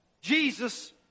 Jesus